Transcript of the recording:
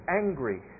angry